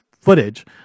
footage